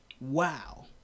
Wow